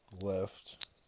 left